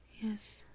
Yes